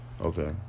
okay